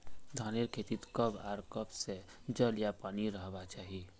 धानेर खेतीत कब आर कब से जल या पानी रहबा चही?